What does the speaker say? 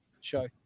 show